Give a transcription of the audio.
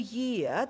year